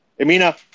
Amina